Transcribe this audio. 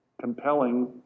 compelling